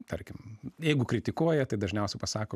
tarkim jeigu kritikuoja tai dažniausiai pasako